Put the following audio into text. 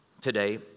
today